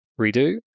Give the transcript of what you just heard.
redo